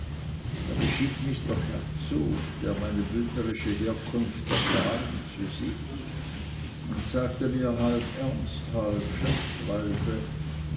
da beschied mich der herzog der meine bündnerische herkunft erfahren zu sich und sagte mir halb ernst halb scherzweise